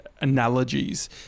analogies